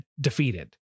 defeated